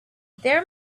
there